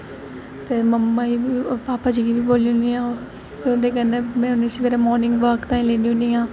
ते मम्मी भापा जी गी बी बोलनी होनी आं ते उं'दे कन्नै में उ'नें गी सबैह्रे मॉर्निंग वॉक ताहीं लैन्नी होनी आं